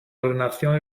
ordenación